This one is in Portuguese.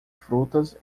frutas